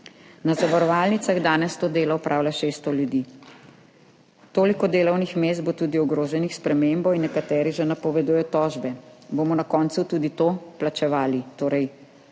Na zavarovalnicah danes to delo opravlja 600 ljudi, toliko delovnih mest bo tudi ogroženih s spremembo in nekateri že napovedujejo tožbe. Bomo na koncu tudi to plačevali, torej